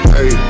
Hey